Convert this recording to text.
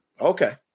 Okay